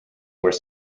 were